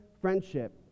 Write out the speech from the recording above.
friendship